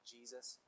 Jesus